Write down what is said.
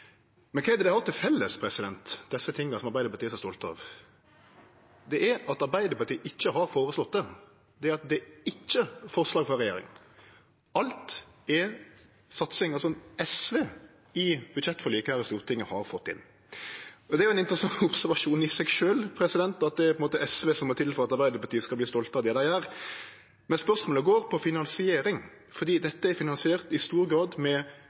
Men kva er det dei har til felles, desse tinga som Arbeidarpartiet er så stolt av? Det er at Arbeidarpartiet ikkje har føreslått dei. Det er at det ikkje er forslag frå regjeringa. Alt er satsingar som SV i budsjettforliket her i Stortinget har fått til. Det er ein interessant observasjon i seg sjølv at det på ein måte er SV som må til for at Arbeidarpartiet skal vere stolt av det dei gjer. Spørsmålet går på finansiering, for dette er finansiert i stor grad med